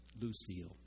Lucille